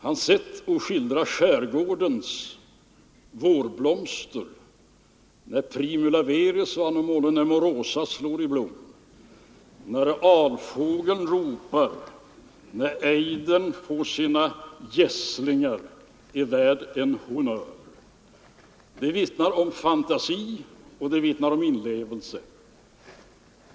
Hans sätt att skildra skärgårdens blomster, när primula veris och anemone nemorosa slår i blom, när alfågeln ropar, när ejdern får sina gässlingar, är värt en honnör. Det vittnar om fantasi och inlevelse.